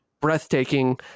breathtaking